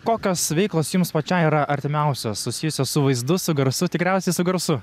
kokios veiklos jums pačiai yra artimiausios susijusios su vaizdu su garsu tikriausiai su garsu